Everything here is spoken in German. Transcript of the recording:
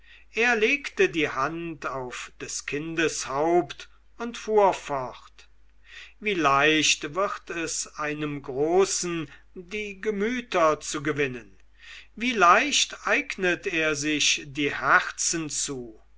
er legte die hand auf des kindes haupt und fuhr fort wie leicht wird es einem großen die gemüter zu gewinnen wie leicht eignet er sich die herzen zu